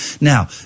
Now